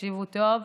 תקשיבו טוב,